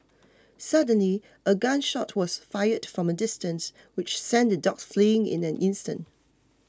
suddenly a gun shot was fired from a distance which sent the dogs fleeing in an instant